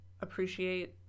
appreciate